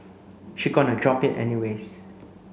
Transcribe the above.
she gonna drop it anyways